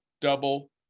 double